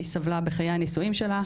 היא סבלה בחיי הנישואים שלה,